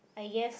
I guess